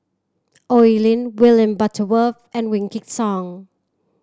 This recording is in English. Oi Lin William Butterworth and Wykidd Song